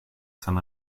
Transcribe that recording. son